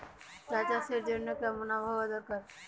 চা চাষের জন্য কেমন আবহাওয়া দরকার?